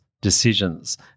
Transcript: decisions